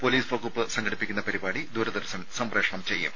police വകുപ്പ് സംഘടിപ്പിക്കുന്ന പരിപാടി ദൂരദർശൻ സംപ്രേഷണം ചെയ്യും